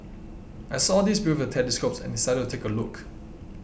I saw these people with the telescopes and decided to take a look